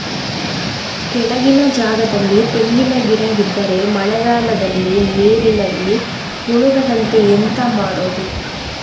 ಕೆಳಗಿನ ಜಾಗದಲ್ಲಿ ತೆಂಗಿನ ಗಿಡ ಇದ್ದರೆ ಮಳೆಗಾಲದಲ್ಲಿ ನೀರಿನಲ್ಲಿ ಮುಳುಗದಂತೆ ಎಂತ ಮಾಡೋದು?